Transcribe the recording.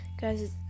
Guys